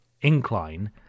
incline